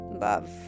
love